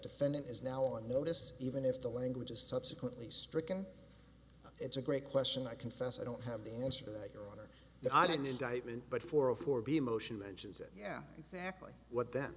defendant is now on notice even if the language is subsequently stricken it's a great question i confess i don't have the answer to that your honor that i didn't indictment but for a for be a motion mentions it yeah exactly what that